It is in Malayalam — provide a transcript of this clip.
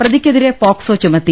പ്രതിക്കെതിരെ പോക്സോട് ലുമത്തി